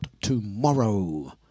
tomorrow